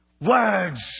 words